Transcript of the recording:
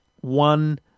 one